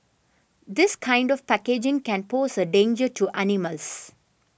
this kind of packaging can pose a danger to animals